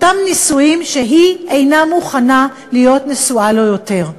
אותם נישואים שבהם היא אינה מוכנה להיות נשואה לו יותר.